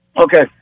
Okay